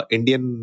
Indian